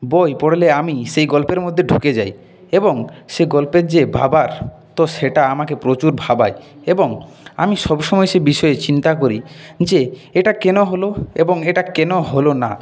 বই পড়লে আমি সেই গল্পের মধ্যে ঢুকে যাই এবং সেই গল্পের যে ভাবার তো সেটা আমাকে প্রচুর ভাবায় এবং আমি সব সময় সে বিষয়ে চিন্তা করি যে এটা কেন হল এবং এটা কেন হল না